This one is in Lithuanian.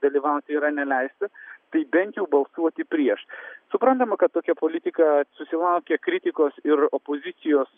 dalyvauti yra neleista tai bent jau balsuoti prieš suprantama kad tokia politika susilaukė kritikos ir opozicijos